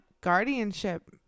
guardianship